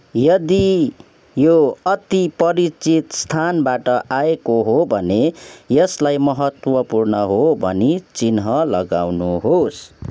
यदि यो अति परिचित स्थानबाट आएको हो भने यसलाई महत्त्वपूर्ण हो भनी चिन्ह लगाउनुहोस्